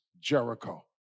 Jericho